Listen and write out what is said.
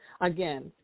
again